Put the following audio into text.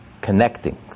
connecting